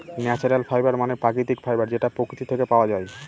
natural fibre মানে প্রাকৃতিক fibre যেটা প্রকৃতি থেকে পাওয়া যায়